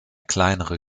kleinere